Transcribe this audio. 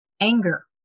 anger